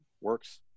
Works